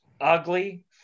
ugly